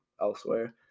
elsewhere